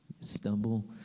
Stumble